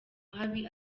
habi